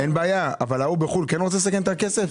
אבל ההוא בחו"ל כן רוצה לסכן את הכסף?